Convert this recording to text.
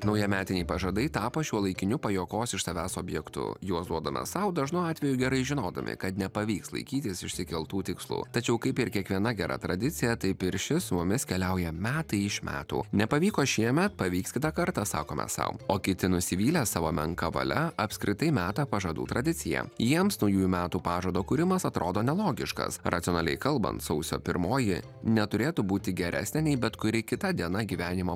naujametiniai pažadai tapo šiuolaikiniu pajuokos iš savęs objektu juos duodame sau dažnu atveju gerai žinodami kad nepavyks laikytis išsikeltų tikslų tačiau kaip ir kiekviena gera tradicija taip ir ši su mumis keliauja metai iš metų nepavyko šiemet pavyks kitą kartą sakome sau o kiti nusivylę savo menka valia apskritai meta pažadų tradiciją jiems naujųjų metų pažado kūrimas atrodo nelogiškas racionaliai kalbant sausio pirmoji neturėtų būti geresnė nei bet kuri kita diena gyvenimo